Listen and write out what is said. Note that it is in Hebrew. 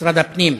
משרד הפנים?